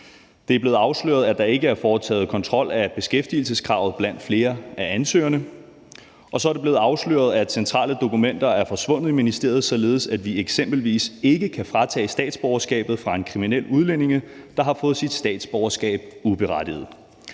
Det er blevet afsløret, at der ikke er foretaget kontrol af beskæftigelseskravet blandt flere af ansøgerne. Og så er det blevet afsløret, at centrale dokumenter er forsvundet i ministeriet, således at vi eksempelvis ikke kan tage statsborgerskabet fra en kriminel udlænding, der uberettiget har fået sit statsborgerskab.